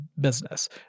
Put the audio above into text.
business